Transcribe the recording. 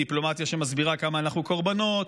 דיפלומטיה שמסבירה כמה אנחנו קורבנות,